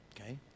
okay